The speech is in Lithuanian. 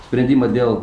sprendimą dėl